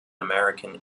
american